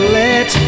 let